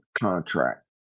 contract